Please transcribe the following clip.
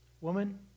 Woman